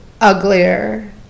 uglier